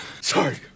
Sorry